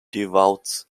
devout